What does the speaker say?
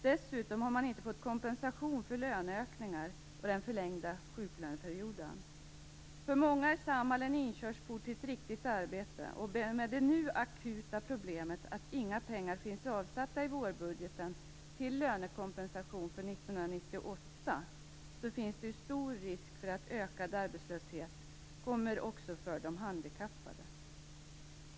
Dessutom har man där inte fått kompensation för löneökningar och den förlängda sjuklöneperioden. För många är Samhall en inkörsport till ett riktigt arbete, och med det nu akuta problemet att inga pengar finns avsatta i vårbudgeten till lönekompensation 1998 finns det stor risk för att ökad arbetslöshet kommer också för de handikappade.